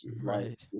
right